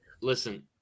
Listen